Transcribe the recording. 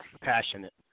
Passionate